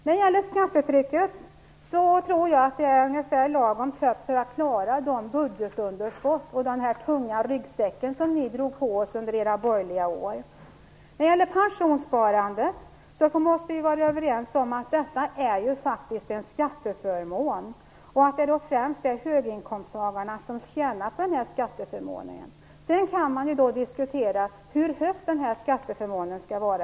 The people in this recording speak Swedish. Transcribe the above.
När det gäller skattetrycket tror jag att det är ungefär lagom högt för att klara det budgetunderskott och den tunga ryggsäck som ni drog på oss under era borgerliga år. När det gäller pensionssparandet måste vi väl vara överens om att detta faktiskt är en skatteförmån och att det främst är höginkomsttagarna som tjänar på denna skatteförmån. Sedan kan man diskutera hur stor skatteförmånen skall vara.